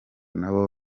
nabo